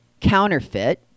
counterfeit